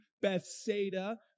Bethsaida